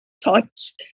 touch